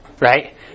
right